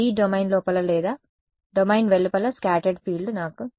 D domain లోపల లేదా domain వెలుపల స్కాటర్డ్ ఫీల్డ్ నాకు తెలుసా